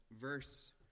verse